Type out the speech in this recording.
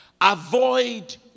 Avoid